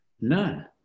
None